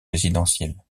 résidentiel